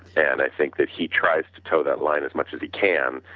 and i think that he tries to toe that line as much as he can